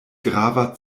grava